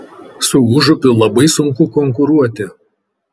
su užupiu labai sunku konkuruoti